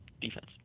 defense